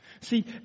See